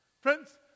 Friends